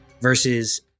versus